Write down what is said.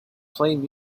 playing